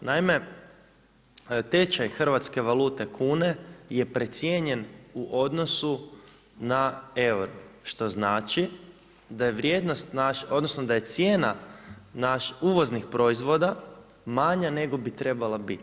Naime, tečaj hrvatske valute kune je precijenjen u odnosu na euro, što znači da je vrijednost, odnosno da je cijena naših uvoznih proizvoda manja nego bi trebala biti.